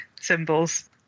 symbols